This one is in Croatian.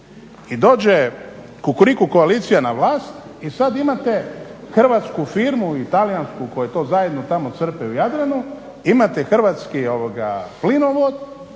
i dođe Kukuriku koalicija na vlast i sad imate hrvatsku firmu i talijansku koje to zajedno tamo crpe u Jadranu, imate Hrvatski plinovod